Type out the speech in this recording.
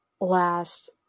last